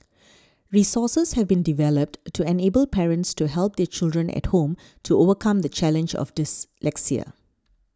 resources have been developed to enable parents to help their children at home to overcome the challenge of dyslexia